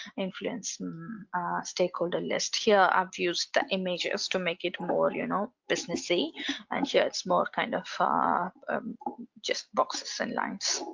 influence stakeholder list here. i've used the images to make it more you know businesscy and here it's more kind of ah um just plain boxes and lines.